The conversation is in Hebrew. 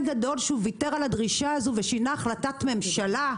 גדול שהוא ויתר על הדרישה הזו ושינה החלטת ממשלה,